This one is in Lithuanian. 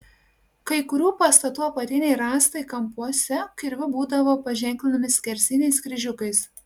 kai kurių pastatų apatiniai rąstai kampuose kirviu būdavo paženklinami skersiniais kryžiukais